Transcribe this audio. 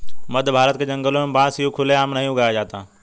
मध्यभारत के जंगलों में बांस यूं खुले आम नहीं उगाया जाता